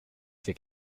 que